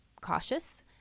cautious